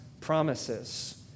promises